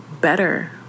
better